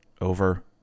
over